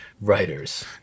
writers